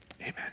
amen